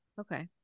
Okay